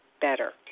better